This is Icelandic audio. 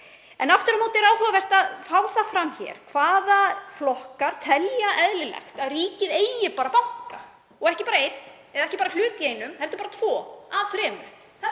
Aftur á móti er áhugavert að fá það fram hér hvaða flokkar telja eðlilegt að ríkið eigi banka og ekki bara einn, ekki bara hlut í einum, heldur eigi tvo af þremur.